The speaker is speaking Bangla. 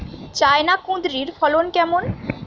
চায়না কুঁদরীর ফলন কেমন?